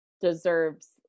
deserves